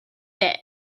taire